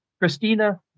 Christina